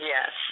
Yes